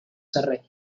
cerré